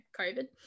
COVID